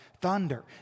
thunder